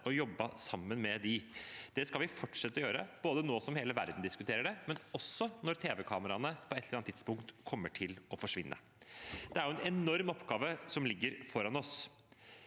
og jobbet sammen med dem. Det skal vi fortsette å gjøre ikke bare mens hele verden diskuterer det, men også når TV-kameraene på et eller annet tidspunkt kommer til å forsvinne. Det er en enorm oppgave som ligger foran oss.